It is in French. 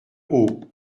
haut